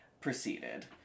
proceeded